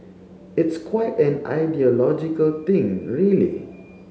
it's quite an ideological thing really